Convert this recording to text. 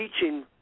teaching